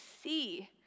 see